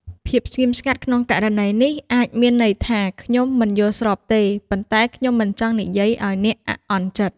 ភាពស្ងៀមស្ងាត់ក្នុងករណីនេះ អាចមានន័យថា ខ្ញុំមិនយល់ស្របទេ ប៉ុន្តែខ្ញុំមិនចង់និយាយឱ្យអ្នកអាក់អន់ចិត្ត។